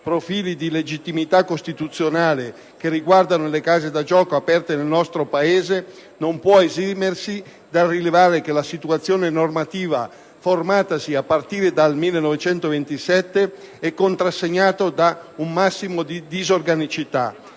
profili di legittimità costituzionale che riguardano le case da gioco aperte nel nostro Paese, non può esimersi dal rilevare che la situazione normativa formatasi a partire dal 1927 è contrassegnata da un massimo di disorganicità».